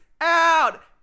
out